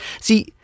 See